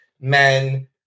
Men